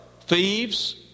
thieves